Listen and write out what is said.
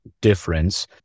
difference